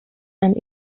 and